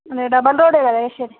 double road కదా వేసేది